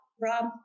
Rob